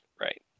Right